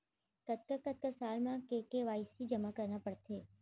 कतका कतका साल म के के.वाई.सी जेमा करना पड़थे?